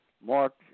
mark